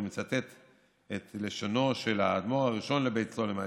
ומצטט את לשונו של האדמו"ר הראשון לבית סלונים,